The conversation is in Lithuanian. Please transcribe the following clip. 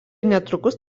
netrukus